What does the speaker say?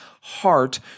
heart